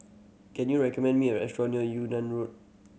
can you recommend me a restaurant near Yunnan Road